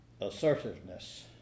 assertiveness